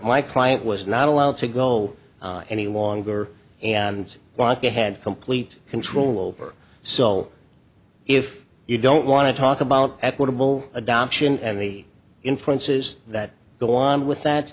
my client was not allowed to go any longer and want to had complete control over so if you don't want to talk about equitable adoption and the inferences that go on with that